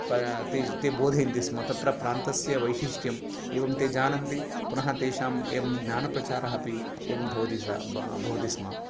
ते बोधयन्ति स्म तत्र प्रान्तस्य वैशिष्ट्यं एवं ते जानन्ति पुनः तेषां एवं ज्ञानप्रचारः अपि एवं भवति स भवति स्म